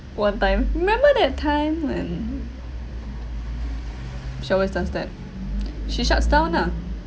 one time remember that time when she always does that she shuts down ah